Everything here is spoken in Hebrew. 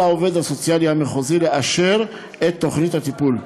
על העובד הסוציאלי המחוזי לאשר את תוכנית הטיפול.